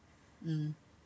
mm